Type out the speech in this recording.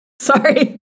sorry